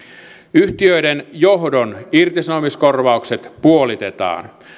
yhtiöiden johdon irtisanomiskorvaukset puolitetaan